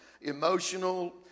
emotional